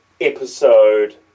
episode